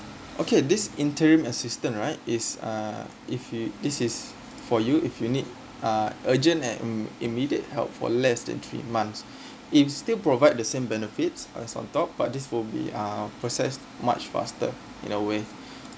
okay this interim assistant right is uh if you this is for you if you need uh urgent and hmm immediate help for less than three months it still provide the same benefits as on top but this will be um process much faster in a way